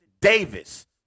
Davis